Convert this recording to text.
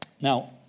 Now